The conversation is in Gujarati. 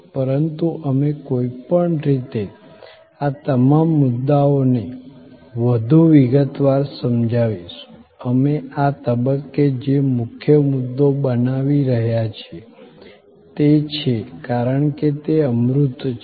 પરંતુ અમે કોઈપણ રીતે આ તમામ મુદ્દાઓને વધુ વિગતવાર સમજાવીશું અમે આ તબક્કે જે મુખ્ય મુદ્દો બનાવી રહ્યા છીએ તે છે કારણ કે તે અમૂર્ત છે